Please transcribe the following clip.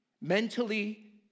mentally